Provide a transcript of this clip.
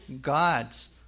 God's